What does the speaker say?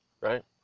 right